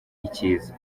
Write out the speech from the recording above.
icyiza